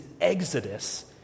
exodus